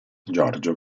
giorgio